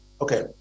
Okay